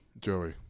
Joey